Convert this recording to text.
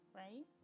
right